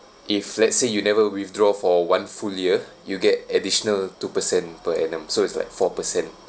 if let's say you never withdraw for one full year you get additional two-per cent per annum so it's like four-per cent